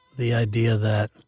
the idea that